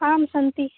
आम् सन्ति